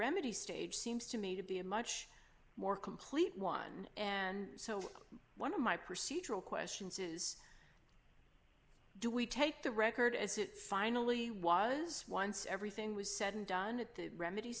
remedy stage seems to me to be a much more complete one and so one of my procedural questions is do we take the record as it finally was once everything was said and done it the remedy